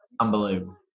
unbelievable